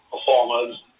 performers